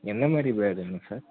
எந்த மாரி பேர்டுங்க சார்